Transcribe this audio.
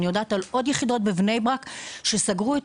אני יודעת עוד יחידות בבני ברק שסגרו את